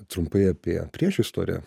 trumpai apie priešistorę